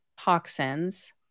toxins